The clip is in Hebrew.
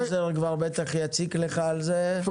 האוזר כבר בטח יציק לך על זה,